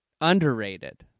underrated